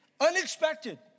Unexpected